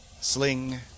Sling